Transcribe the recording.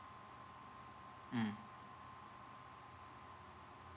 mm